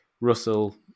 Russell